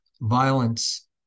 violence